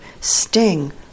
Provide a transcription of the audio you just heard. sting